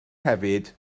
hefyd